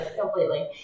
Completely